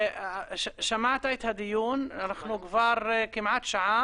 שמעת את הדיון, אנחנו כבר כמעט שעה